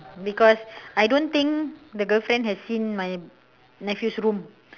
because I don't think the girlfriend has seen my nephew's room